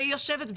והיא יושבת,